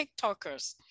tiktokers